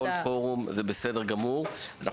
הוא